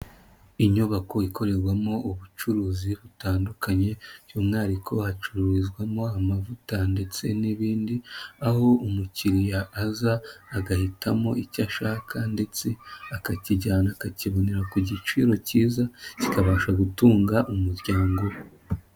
Inyubako ikorerwamo ubucuruzi butandukanye by'umwihariko hacururizwamo amavuta ndetse n'ibindi, aho umukiriya aza agahitamo icyo ashaka ndetse akakijyana akakibonera ku giciro cyiza kikabasha gutunga umuryango we.